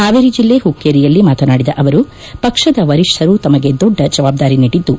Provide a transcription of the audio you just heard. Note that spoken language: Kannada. ಹಾವೇರಿ ಜಿಲ್ಲೆ ಹುಕ್ಕೇರಿಯಲ್ಲಿ ಮಾತನಾಡಿದ ಅವರು ಪಕ್ಷದ ವರಿಷ್ಠರು ತಮಗೆ ದೊಡ್ಡ ಜವಾಬ್ದಾರಿ ನೀಡಿದ್ದು